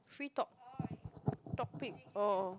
free top~ topic orh